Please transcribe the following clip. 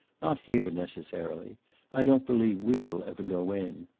not here, necessarily i don't believe we will ever go in.